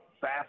fast